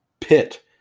pit